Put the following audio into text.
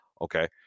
Okay